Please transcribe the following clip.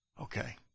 Okay